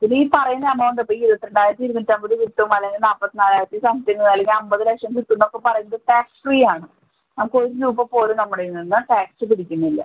ഇതിൽ ഈ പറയുന്ന എമൗണ്ട് ഇപ്പോൾ ഈ ഇരുപത്തിരണ്ടായിരത്തി ഇരുന്നൂറ്റമ്പത് കിട്ടും അല്ലെങ്കിൽ നാല്പത്തിനാലായിരത്തി സംത്തിങ്ങ് അല്ലെങ്കിൽ അമ്പത് ലക്ഷം കിട്ടുമെന്നൊക്കെ പറയുന്നത് ടേക്സ് ഫ്രീ ആണ് നമുക്ക് ഒരു രൂപ പോലും നമ്മുടെ കയ്യിൽ നിന്ന് ടാക്സ് പിടിക്കുന്നില്ല